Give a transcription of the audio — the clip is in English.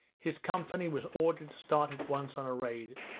his company was ordered to start at once on a raid.